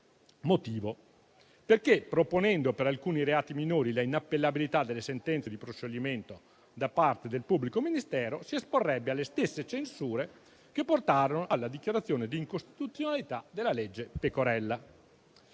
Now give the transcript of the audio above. motivo: proponendo per alcuni reati minori la inappellabilità delle sentenze di proscioglimento da parte del pubblico ministero, si esporrebbe alle stesse censure che portarono alla dichiarazione di incostituzionalità della legge Pecorella.